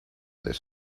this